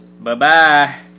Bye-bye